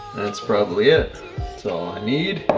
that's probably it so need.